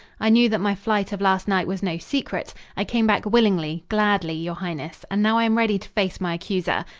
i knew that my flight of last night was no secret. i came back willingly, gladly, your highness, and now i am ready to face my accuser.